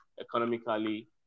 economically